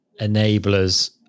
enablers